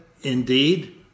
indeed